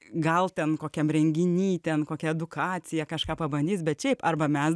gal ten kokiam renginy ten kokia edukacija kažką pabandys bet šiaip arba mes